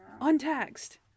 Untaxed